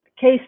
case